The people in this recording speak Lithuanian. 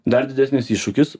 dar didesnis iššūkis